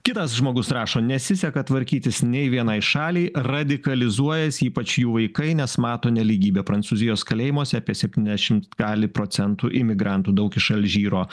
kitas žmogus rašo nesiseka tvarkytis nei vienai šaliai radikalizuojasi ypač jų vaikai nes mato nelygybę prancūzijos kalėjimuose apie septyniasdešimt kali procentų imigrantų daug iš alžyro